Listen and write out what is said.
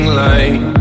light